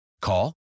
Call